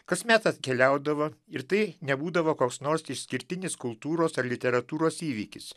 kasmet atkeliaudavo ir tai nebūdavo koks nors išskirtinis kultūros ar literatūros įvykis